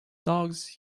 dogs